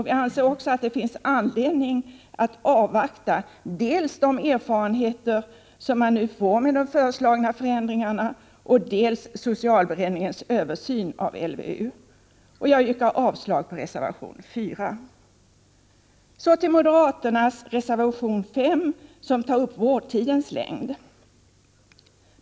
Vi anser också att det finns anledning att avvakta dels de erfarenheter som man nu får med de föreslagna förändringarna, dels socialberedningens översyn av LVU. Jag yrkar avslag på reservation 4. Så till moderaternas reservation 5, som tar upp vårdtidens längd.